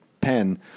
pen